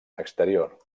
exterior